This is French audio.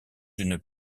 une